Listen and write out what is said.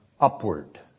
Upward